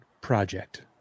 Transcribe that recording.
Project